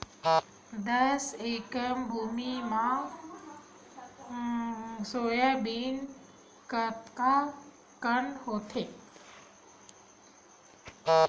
दस एकड़ भुमि म सोयाबीन कतका कन होथे?